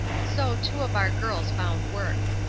so two of our girls found work.